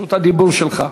רשות הדיבור שלך.